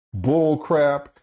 bullcrap